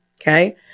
Okay